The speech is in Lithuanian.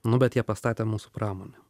nu bet jie pastatė mūsų pramonę